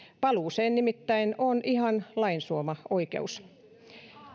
paluuseen nimittäin on ihan lain suoma oikeus